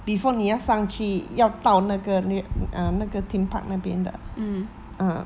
before 你要上去要到那个那 uh 那个 theme park 那边的 ah